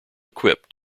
equipped